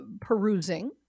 perusing